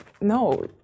no